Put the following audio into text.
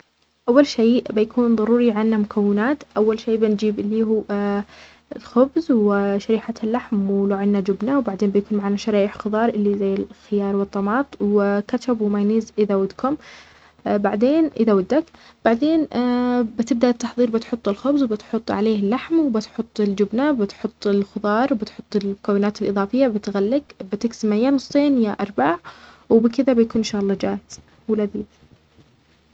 أول شي بيكون ضروري عنا مكونات أول شي بنجيب اللي هو خبز وشريحة اللحم ولو عنا جبنة وبعدين بيكون معانا شرايح خضار اللي زي الخيار والطماط وكاتشب ومايونيز إذا ودكم- اذا ودك بعدين بتبدأ التحضير بتحط الخبز وبتحط عليه اللحم وبتحط الجبنة وبتحط الخضار بتحط المكونات الإضافية بتغلق بتقسمه يا نصين يا أربع وبكدا بيكونان شاء اللًه جاهز ولذيذ